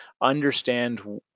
understand